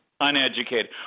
uneducated